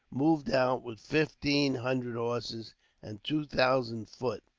moved out with fifteen hundred horses and two thousand foot.